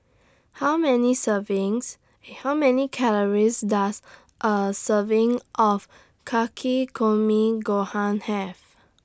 How Many servings How Many Calories Does A Serving of Takikomi Gohan Have